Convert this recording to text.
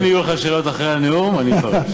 אם יהיו לך שאלות אחרי הנאום, אני אפרש.